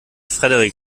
frederik